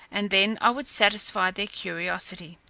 and then i would satisfy. their curiosity.